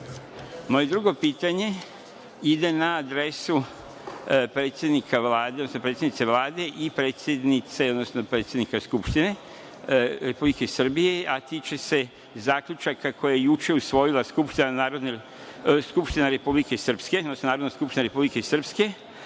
predsednika Vlade, odnosno predsednice Vlade i predsednice, odnosno predsednika Skupštine Republike Srbije, a tiče se zaključaka koje je juče usvojila Skupština Republike Srpske, odnosno Narodna skupština Republike Srpske,